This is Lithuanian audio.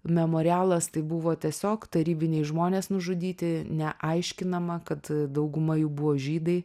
memorialas tai buvo tiesiog tarybiniai žmonės nužudyti neaiškinama kad dauguma jų buvo žydai